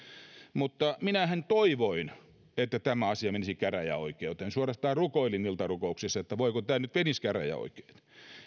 mutta minähän toivoin että tämä asia menisi käräjäoikeuteen suorastaan rukoilin iltarukouksissa että voi kun tämä nyt menisi käräjäoikeuteen